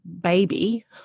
baby